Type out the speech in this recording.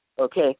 okay